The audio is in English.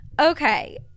okay